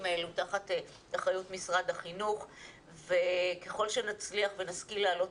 האלה תחת אחריות משרד החינוך וככל שנצליח ונשכיל להעלות